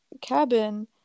cabin